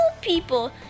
people